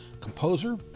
composer